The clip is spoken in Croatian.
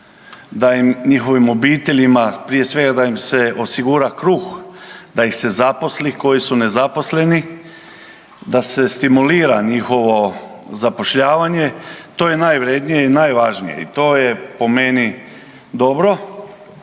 da im njihovim obiteljima, prije svega da im se osigura kruh, da ih se zaposli koji su nezaposleni, da se stimulira njihovo zapošljavanje to je najvrjednije i najvažnije i to je po meni dobro